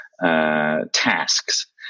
tasks